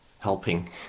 helping